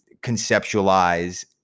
conceptualize